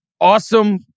awesome